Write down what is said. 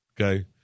Okay